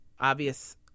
obvious